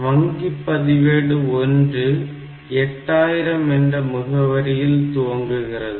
வங்கி பதிவேடு 1 8000 என்ற முகவரியில் துவங்குகிறது